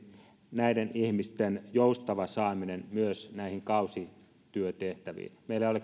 näiden ihmisten joustavaan saamiseen myös näihin kausityötehtäviin meillä ei ole